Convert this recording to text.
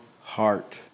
heart